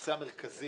הנושא המרכזי